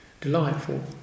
delightful